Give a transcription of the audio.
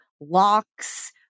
locks